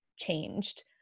changed